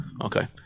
Okay